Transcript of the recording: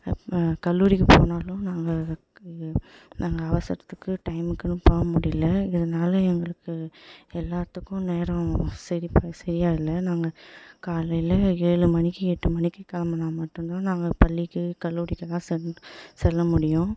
கல்லூரிக்கு போனாலும் நாங்கள் நாங்கள் அவசரத்துக்கு டைமுக்குன்னு போக முடியல இதனால் எங்களுக்கு எல்லாேத்துக்கும் நேரம் சரி ப சரியாக இல்லை நாங்கள் காலையில் ஏழு மணிக்கு எட்டு மணிக்கு கிளம்புனா மட்டும் தான் நாங்கள் பள்ளிக்கு கல்லூரிக்கெலாம் சென்ட் செல்ல முடியும்